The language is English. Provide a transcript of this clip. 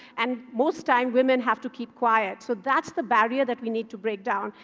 and, most time, women have to keep quiet. so that's the barrier that we need to break down.